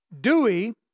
Dewey